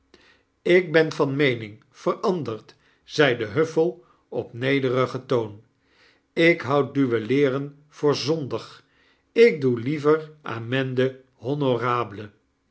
ik ben van meening veranderd zeide huffell op nederigen toon ik houd duelleeren voor zondig ik doe liever